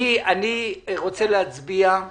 אני רוצה להצביע על